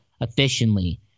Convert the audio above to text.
efficiently